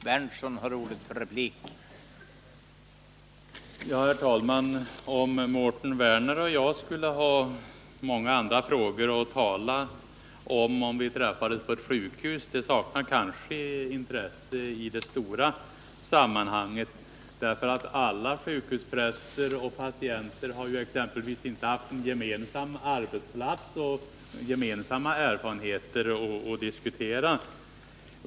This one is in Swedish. Herr talman! Att Mårten Werner och jag skulle kunna ha många olika frågor att tala om, om vi träffades på ett sjukhus, saknar kanske intresse i det stora sammanhanget. Alla sjukhuspräster och patienter har exempelvis inte haft gemensam arbetsplats och har inte gemensamma erfarenheter att diskutera.